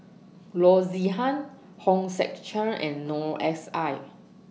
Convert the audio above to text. Loo Zihan Hong Sek Chern and Noor S I